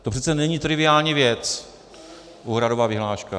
To přece není triviální věc, úhradová vyhláška.